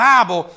Bible